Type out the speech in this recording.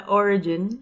origin